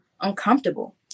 uncomfortable